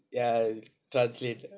ya translated